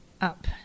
up